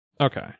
Okay